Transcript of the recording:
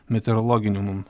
meteorologinių mum